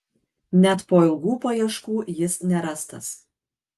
net po ilgų paieškų jis nerastas